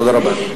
תודה רבה.